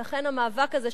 ולכן המאבק הזה,